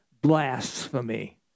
blasphemy